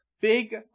big